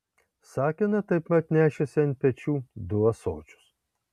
sakina taip pat nešėsi ant pečių du ąsočius